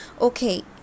okay